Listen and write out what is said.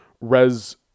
res-